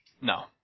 No